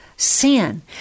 Sin